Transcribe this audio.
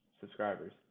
subscribers